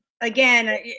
Again